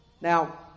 Now